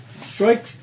Strike